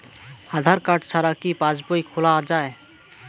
আধার card ছাড়া কি passbook খোলা যায়?